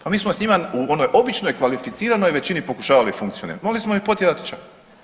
Pa mi smo s njima u onoj običnoj kvalificiranoj većini pokušavali funkcionirati, morali smo ih potjerati ča.